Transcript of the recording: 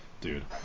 Dude